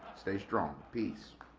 stay strong. peace.